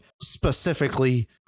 specifically